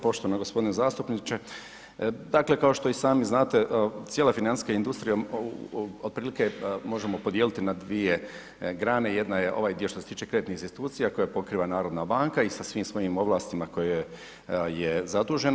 Poštovani gospodine zastupniče, dakle kao i što sami znate cijela financijska industrija, otprilike možemo podijeliti na dvije grane, jedna je ovaj dio što se tiče kreditnih institucija koje pokriva narodna banka i sa svim svojim ovlastima za koje je zadužena.